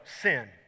sin